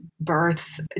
births